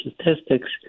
Statistics